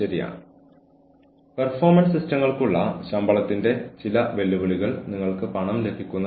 അതിനാൽ ഓർഗനൈസേഷന്റെ സംസ്കാരം ഞങ്ങൾ ജോലിക്ക് വരാൻ ആഗ്രഹിക്കുന്നു